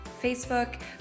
Facebook